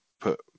put